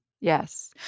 Yes